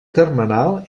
termenal